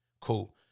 Cool